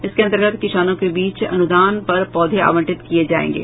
इसके अंतर्गत किसानों के बीच अनुदान पर पौधे आवंटित किये जायेंगे